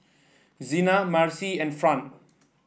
Zena Marcie and Fran